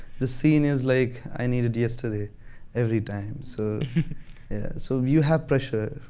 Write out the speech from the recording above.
the scene is like, i need it yesterday every time. so so you have pressure.